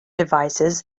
devices